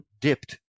dipped